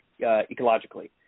ecologically